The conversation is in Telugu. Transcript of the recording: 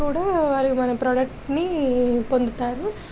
కూడా వారు మన ప్రోడక్ట్ని పొందుతారు